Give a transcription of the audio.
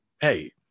hey